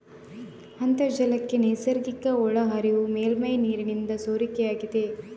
ಅಂತರ್ಜಲಕ್ಕೆ ನೈಸರ್ಗಿಕ ಒಳಹರಿವು ಮೇಲ್ಮೈ ನೀರಿನಿಂದ ಸೋರಿಕೆಯಾಗಿದೆ